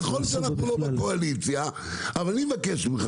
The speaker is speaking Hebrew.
נכון שאנחנו לא בקואליציה אבל אני מבקש ממך,